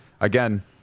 Again